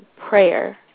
prayer